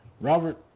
Robert